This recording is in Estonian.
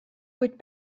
kuid